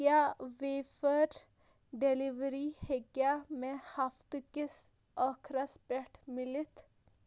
کیٛاہ wafer delivery ہیٚکیٛاہ مےٚ ہفتہٕ کِس أخرَس پٮ۪ٹھ مِلِتھ